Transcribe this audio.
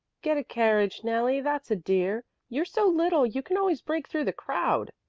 get a carriage, nellie, that's a dear. you're so little you can always break through the crowd.